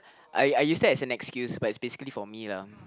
I I use that as an excuse but is basically for me lah